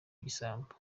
igisambo